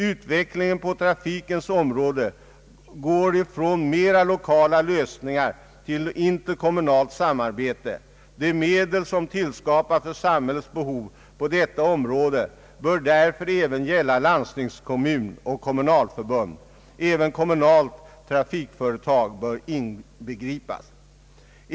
Utvecklingen på trafikens område går från mera lokala lösningar till interkommunalt samarbete. De medel som tillskapas för samhällets behov på detta område bör därför även gälla landstingskommun och kommunalförbund. Också kommunalt trafikföretag bör inbegripas.